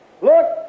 Look